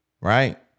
Right